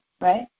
right